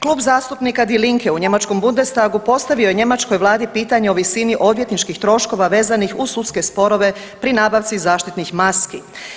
Klub zastupnika Die Linke u njemačkom Bundestagu postavio je njemačkoj Vladi pitanje o visini odvjetničkih troškova vezanih uz sudske sporove pri nabavci zaštitnih maski.